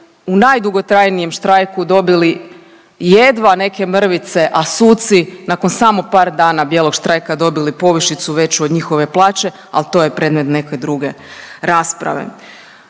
u najdugotrajnijem štrajku dobili jedva neke mrvice, a suci nakon samo par dana bijelog štrajka dobili povišicu veću od njihove plaće, ali to je predmet nekakve druge rasprave.